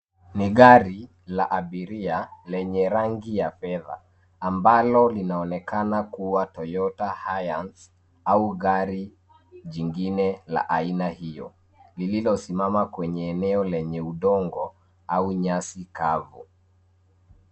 Ni gari, la abiria, lenye rangi ya fedha ambayo kuwa Toyota HiAce au gari, jingine, la aina hiyo, lililosimama kwenye eneo lenye udongo, au nyasi kavu.